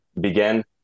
began